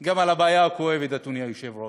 גם על הבעיה הכואבת, אדוני היושב-ראש,